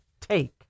take